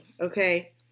okay